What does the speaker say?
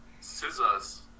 scissors